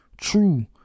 true